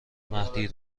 مهدی